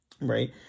right